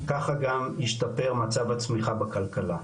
ככה גם ישתפר מצב הצמיחה בכלכלי,